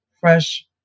fresh